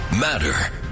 matter